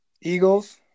Eagles